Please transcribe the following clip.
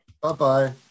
Bye-bye